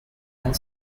and